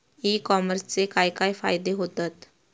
E कॉमर्सचे काय काय फायदे होतत?